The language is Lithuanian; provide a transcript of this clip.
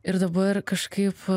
ir dabar kažkaip